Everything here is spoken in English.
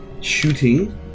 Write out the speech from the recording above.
shooting